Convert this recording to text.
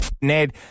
Ned